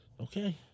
Okay